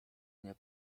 nie